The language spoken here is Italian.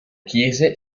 chiese